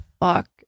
fuck